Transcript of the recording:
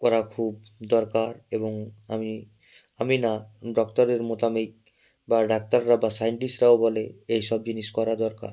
করা খুব দরকার এবং আমি আমি না ডক্টরের মোতাবেক বা ডাক্তাররা বা সায়েন্টিস্টরাও বলে এইসব জিনিস করা দরকার